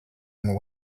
and